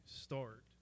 start